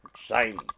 Exciting